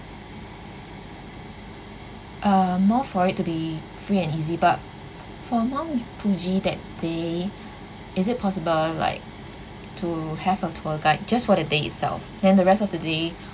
um more for it to be free and easy but for mount fuji that day is it possible like to have a tour guide just for the day itself then the rest of the day